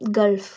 gulf